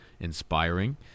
inspiring